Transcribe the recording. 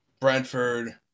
Brentford